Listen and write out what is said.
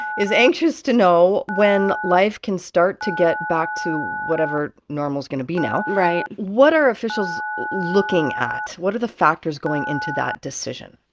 is anxious to know when life can start to get back to whatever normal's going to be now right what are officials looking at? what are the factors going into that decision?